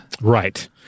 Right